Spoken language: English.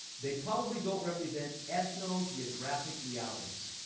they probably don't represent ethno-geographic realities.